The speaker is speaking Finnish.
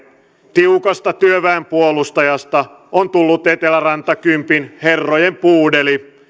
tiukasta työväen puolustajasta on tullut eteläranta kympin herrojen puudeli